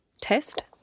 test